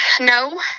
No